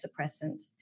suppressants